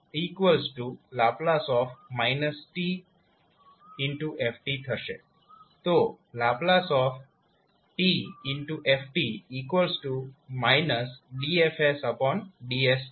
તો ℒ t f dFds છે